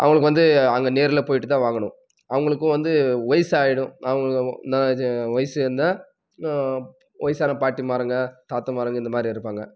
அவங்களுக்கு வந்து அங்கே நேர்ல போய்ட்டுதான் வாங்கணும் அவங்களுக்கும் வந்து வயசாயிடும் அவங்க நான் இது வயசுன்னா வயசான பாட்டிமாருங்கள் தாத்தாமாருங்கள் இந்தமாதிரி இருப்பாங்கள்